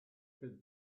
through